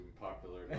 popular